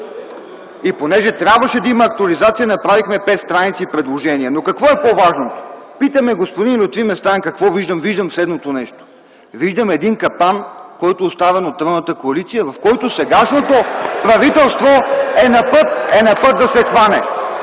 И понеже трябваше да има актуализация, направихме пет страници предложения. Какво е по-важното? Лютви Местан ме пита какво виждам. Виждам следното нещо. Виждам един капан, оставен от тройната коалиция, в който сегашното правителство е на път да се хване.